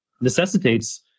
necessitates